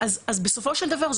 אז בסופו של דבר,